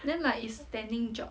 then like it's standing job